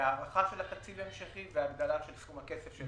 הארכה של התקציב ההמשכי והגדלה של סכום הכסף.